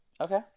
Okay